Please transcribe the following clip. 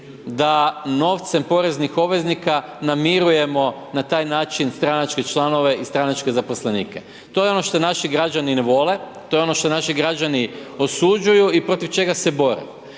da novcem poreznih obveznika namirujemo na taj način stranačke članove i stranačke zaposlenike. To je ono što naši građani ne vole, to je ono što naši građani osuđuju i protiv čega se bore.